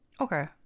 okay